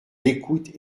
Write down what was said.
l’écoute